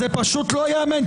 זה פשוט לא ייאמן.